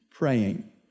Praying